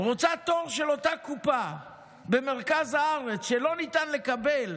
רוצה תור של אותה קופה במרכז הארץ שלא ניתן לקבל